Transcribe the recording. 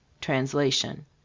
Translation